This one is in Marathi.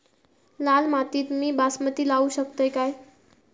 लाल मातीत मी बासमती लावू शकतय काय?